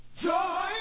Joy